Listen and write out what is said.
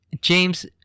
James